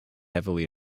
heavily